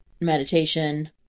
meditation